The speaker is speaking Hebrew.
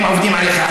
הם עובדים עליך.